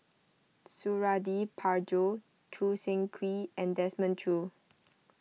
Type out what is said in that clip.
Suradi Parjo Choo Seng Quee and Desmond Choo